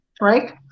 right